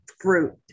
fruit